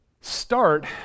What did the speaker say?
Start